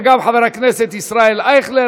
וגם חבר הכנסת ישראל אייכלר,